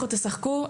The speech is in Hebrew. לכו תשחקו,